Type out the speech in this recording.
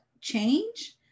change